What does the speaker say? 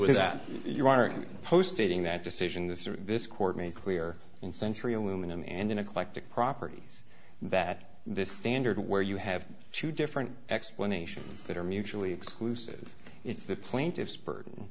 with that you are posting that decision this or this court made clear in century aluminum and an eclectic properties that this standard where you have two different explanations that are mutually exclusive it's the plaintiff's burden